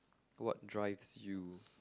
what drives you